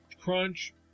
Crunch